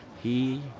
he,